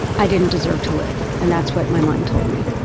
i didn't deserve to live. and that's what my mind told me.